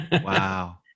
Wow